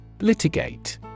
Litigate